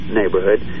neighborhood